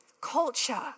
culture